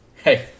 Hey